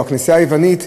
או הכנסייה היוונית,